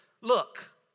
Look